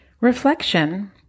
Reflection